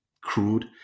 crude